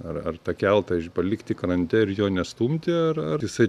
ar ar tą keltą palikti krante ir jo nestumti ar ar jisai